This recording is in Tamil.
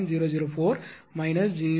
004 j0